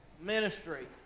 ministry